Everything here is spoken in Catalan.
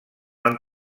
han